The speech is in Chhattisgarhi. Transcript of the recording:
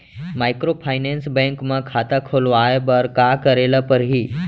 माइक्रोफाइनेंस बैंक म खाता खोलवाय बर का करे ल परही?